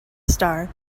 star